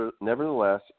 nevertheless